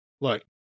Look